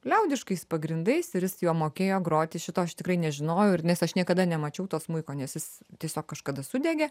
liaudiškais pagrindais ir iš juo mokėjo groti šito aš tikrai nežinojau ir nes aš niekada nemačiau to smuiko nes jis tiesiog kažkada sudegė